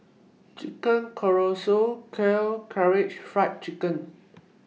Chicken Casserole Kheer Karaage Fried Chicken